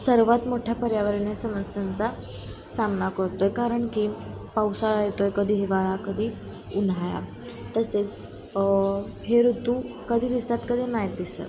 सर्वात मोठ्या पर्यावरणीय समस्यांचा सामना करतो आहे कारण की पावसाळा येतो आहे कधी हिवाळा कधी उन्हाळा तसेच हे ऋतू कधी दिसतात कधी नाही दिसत